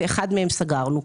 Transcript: אחד מהם סגרנו,